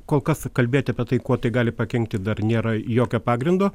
kol kas kalbėt apie tai kuo tai gali pakenkti dar nėra jokio pagrindo